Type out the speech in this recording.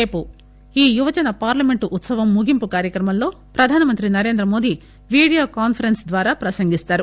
రేపు ఈ యువజన పార్లమెంట్ ఉత్పవం ముగింపు కార్యక్రమంలో ప్రధానమంత్రి నరేంద్రమోదీ వీడియో కాన్సరెన్స్ ద్వారా ప్రసంగిస్తారు